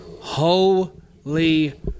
Holy